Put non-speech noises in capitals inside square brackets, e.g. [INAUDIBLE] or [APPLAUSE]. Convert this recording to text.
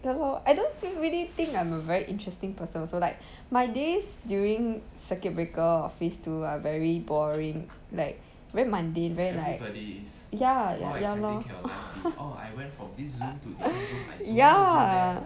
ya lor I don't really think I'm a very interesting person also like my days during circuit breaker or phase two are very boring like very mundane very like ya ya lor [LAUGHS] ya